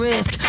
Risk